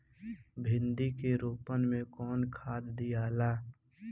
भिंदी के रोपन मे कौन खाद दियाला?